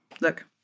Look